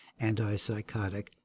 antipsychotic